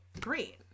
great